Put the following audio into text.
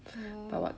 oh